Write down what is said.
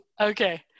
Okay